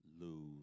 lose